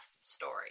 story